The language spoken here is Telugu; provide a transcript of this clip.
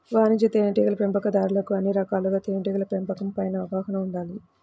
వాణిజ్య తేనెటీగల పెంపకందారులకు అన్ని రకాలుగా తేనెటీగల పెంపకం పైన అవగాహన ఉండాలి